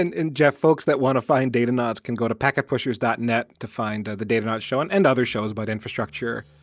and and jeff, folks that want to find datanauts can go to packetpushers dot net to find the datanauts show and and other shows about infrastructure,